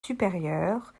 supérieur